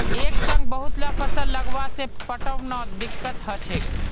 एक संग बहुतला फसल लगावा से पटवनोत दिक्कत ह छेक